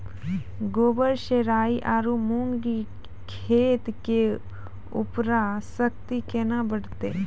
गोबर से राई आरु मूंग खेत के उर्वरा शक्ति केना बढते?